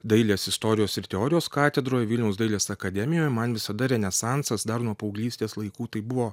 dailės istorijos ir teorijos katedroj vilniaus dailės akademijoj man visada renesansas dar nuo paauglystės laikų tai buvo